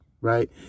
right